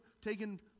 taken